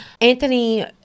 Anthony